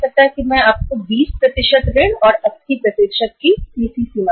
मैं आपको 20 ऋण और 80 सीसी लिमिट प्रदान करुंगा